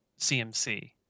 CMC